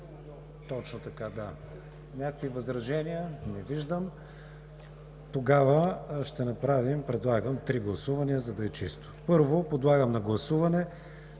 Точно така, да. Някакви възражения? Не виждам. Тогава предлагам да направим три гласувания, за да е чисто. Първо подлагам на гласуване